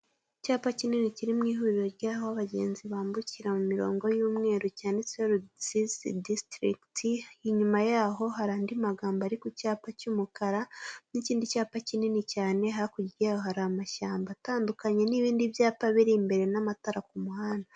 Icyapa kinini kiri mu ihuriro ry'aho abagenzi bambukira, mu mirongo y'umweru, cyanditseho Rusizi disitirikiti, inyuma y'aho hari andi magambo ari ku cyapa cy'umukara, n'ikindi cyapa kinini cyane, hakurya hayo hari amashyamba atandukanye, n'ibindi byapa biri imbere, n'amatara ku muhanda.